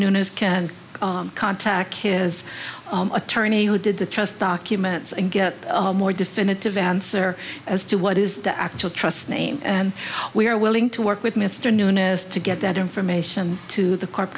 newness and contact his attorney who did the trust documents and get a more definitive answer as to what is the actual trust name and we are willing to work with mr newness to get that information to the c